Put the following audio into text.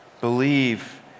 Believe